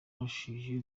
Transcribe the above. wafashije